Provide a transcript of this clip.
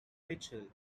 mitchell